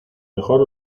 mejor